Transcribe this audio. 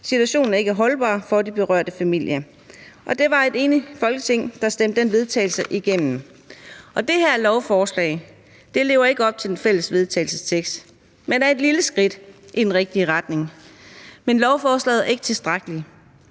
Situationen er ikke holdbar for de berørte familier.« Det var et enigt Folketing, der stemte den vedtagelse igennem. Det her lovforslag lever ikke op til den fælles vedtagelsestekst, selv om det er et lille skridt i den rigtige retning, men det er ikke tilstrækkeligt.